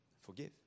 forgive